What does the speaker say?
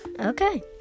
Okay